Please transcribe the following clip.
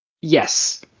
Yes